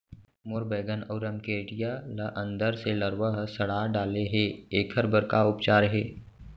मोर बैगन अऊ रमकेरिया ल अंदर से लरवा ह सड़ा डाले हे, एखर बर का उपचार हे?